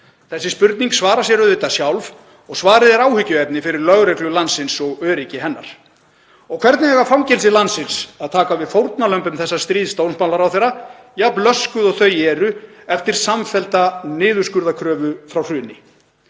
Þessi spurning svarar sér auðvitað sjálf og svarið er áhyggjuefni fyrir lögreglu landsins og öryggi hennar. Og hvernig eiga fangelsi landsins að taka við fórnarlömbum þessa stríðs dómsmálaráðherra, jafn löskuð og þau eru eftir samfellda niðurskurðarkröfu frá hruni?